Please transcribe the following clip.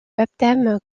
baptême